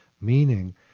meaning